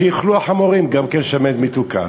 אז שיאכלו החמורים גם כן שמנת מתוקה,